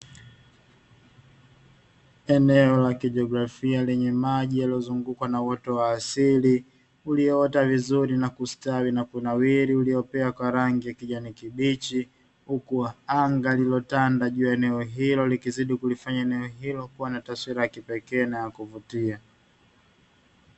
Eneo la kijeografia lenye maji yaliyozungukwa na uoto wa asili, ulioota vizuri na kustawi na kunawiri uliopea kwa rangi ya kijani kibichi, huku anga lililotanda juu ya eneo hilo likizidi kulifanya eneo hilo kuwa na taswira ya kipekee na ya kuvutia.